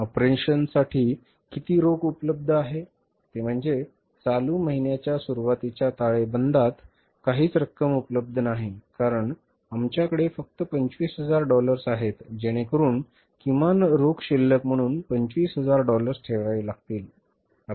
ऑपरेशन्ससाठी किती रोख उपलब्ध आहे ते म्हणजे चालू महिन्याच्या सुरुवातीच्या ताळेबंदात काहीच रक्कम उपलब्ध नाही कारण आमच्याकडे फक्त 25000 डॉलर्स आहेत जेणेकरून किमान रोख शिल्लक म्हणून हे 25000 डॉलर्स ठेवावे लागतील